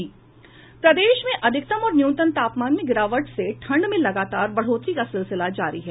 प्रदेश में अधिकतम और न्यूनतम तापमान में गिरावट से ठंड में लगातार बढ़ोतरी का सिलसिला जारी है